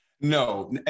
No